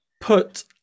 put